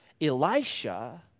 Elisha